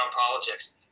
politics